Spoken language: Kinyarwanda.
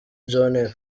john